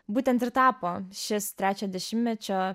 būtent ir tapo šis trečio dešimtmečio